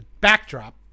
backdrop